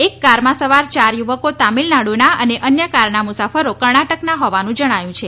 એક કારમાં સવાર ચાર યુવકો તામિલનાડુના અને અન્ય કારના મુસાફરો કર્ણાટકનાં હોવાનું જણાયું છે